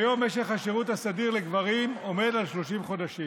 כיום משך השירות הסדיר לגברים עומד על 30 חודשים.